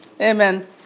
Amen